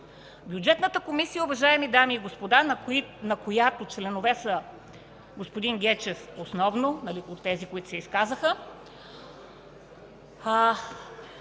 Бюджетната комисия, уважаеми дами и господа, на която членове са господин Гечев – основно от тези, които се изказаха,